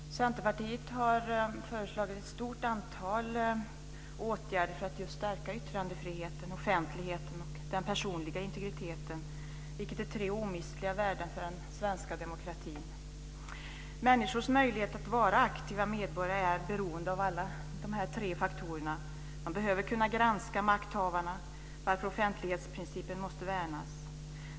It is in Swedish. Fru talman! Centerpartiet har föreslagit ett stort antal åtgärder för att stärka yttrandefriheten, offentligheten och den personliga integriteten, vilket är tre omistliga värden för den svenska demokratin. Människors möjlighet att vara aktiva medborgare är beroende av alla dessa tre faktorer. Man behöver kunna granska makthavarna, varför offentlighetsprincipen måste värnas.